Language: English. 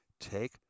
Take